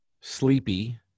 sleepy